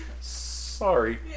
Sorry